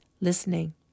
listening